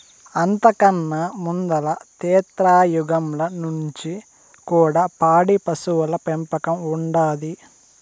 అంతకన్నా ముందల త్రేతాయుగంల నుంచి కూడా పాడి పశువుల పెంపకం ఉండాది